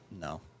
No